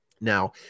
Now